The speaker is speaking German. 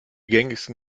gängigsten